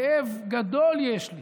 כאב גדול יש לי